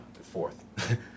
fourth